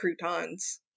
croutons